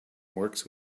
works